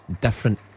Different